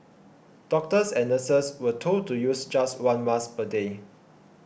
doctors and nurses were told to use just one mask per day